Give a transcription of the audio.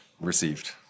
received